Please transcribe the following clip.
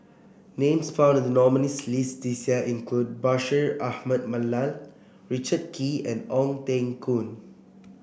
names found in the nominees' list this year include Bashir Ahmad Mallal Richard Kee and Ong Teng Koon